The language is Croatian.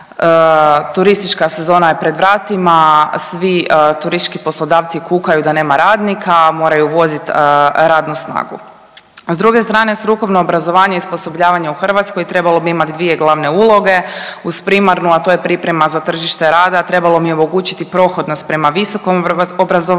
turistička sezona je pred vratima, svi turistički poslodavci kukaju da nema radnika, moraju uvozit radnu snagu, a s druge strane strukovno obrazovanje i osposobljavanje u Hrvatskoj trebalo bi imat dvije glavne uloge uz primarnu, a to je priprema za tržište rada, trebalo im je omogućiti prohodnost prema visokom obrazovanju,